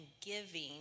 giving